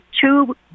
two